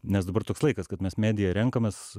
nes dabar toks laikas kad mes mediją renkamės